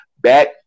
back